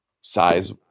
size